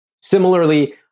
Similarly